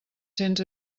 cents